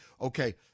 Okay